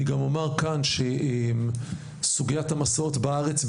אני גם אומר כאן שסוגיית המסעות בארץ,